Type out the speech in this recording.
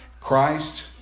Christ